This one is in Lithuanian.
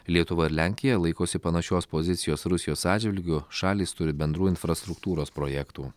lietuva ir lenkija laikosi panašios pozicijos rusijos atžvilgiu šalys turi bendrų infrastruktūros projektų